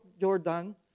Jordan